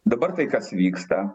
dabar tai kas vyksta